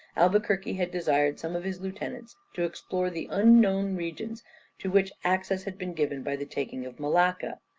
albuquerque had desired some of his lieutenants to explore the unknown regions to which access had been given by the taking of malacca.